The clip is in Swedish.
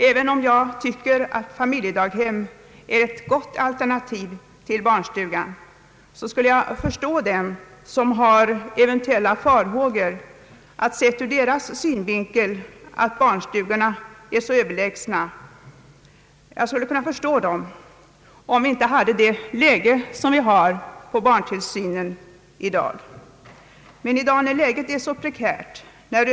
Även om jag tycker att familjedaghemmet är ett gott alternativ till barnstugan skulle jag kunna förstå dem som hyser eventuella farhågor för att barnstugorna skulle få stå tillbaka till förmån för familjedaghemmen — om läget inte var sådant som det är i dag. Nu är nämligen förhållandena på barntillsynsområdet mycket prekära.